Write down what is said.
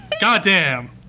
goddamn